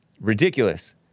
Ridiculous